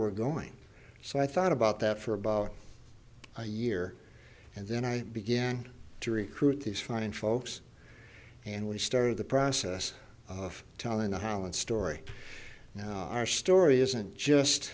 we're going so i thought about that for about a year and then i began to recruit these fine folks and we started the process of telling the holland story now our story isn't just